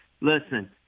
Listen